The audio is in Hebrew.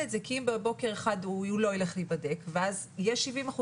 את זה כי אם בבוקר אחד הוא לא יילך להיבדק ואז יהיה 70%,